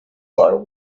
por